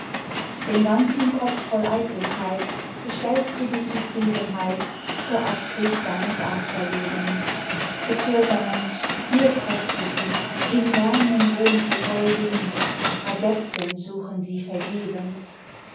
den ganzen kopf voll eitelkeit bestellst du die zufriedenheit zur absicht deines afterlebens bethörter mensch hier koste sie im lärmen wohnt die holde nie adepten suchen sie vergebens